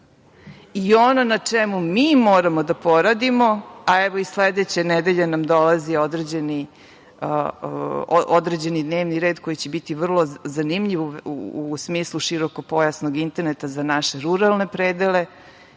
isti. Ono na čemu mi moramo da poradimo, a evo i sledeće nedelje nad dolazi određeni dnevni red koji će biti vrlo zanimljiv u smislu širokopojasnog interneta za naše ruralne predele,